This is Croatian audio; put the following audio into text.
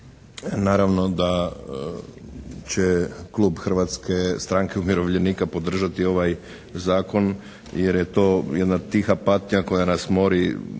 Naravno da će klub Hrvatske stranke umirovljenika podržati ovaj zakon jer je to jedna tiha patnja koja nas mori